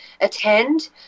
attend